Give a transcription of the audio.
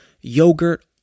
yogurt